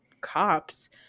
cops